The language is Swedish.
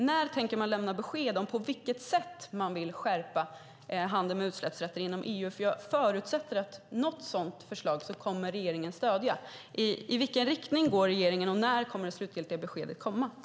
När tänker man lämna besked om på vilket sätt man vill skärpa handeln med utsläppsrätter inom EU? Jag förutsätter att regeringen kommer att stödja något sådant förslag. I vilken riktning går regeringen, och när kommer det slutgiltiga beskedet?